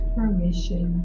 permission